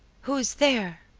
who is there?